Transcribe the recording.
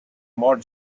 more